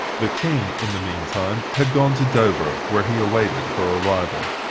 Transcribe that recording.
the king, in the mean time, had gone to dover, where he awaited her arrival.